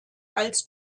als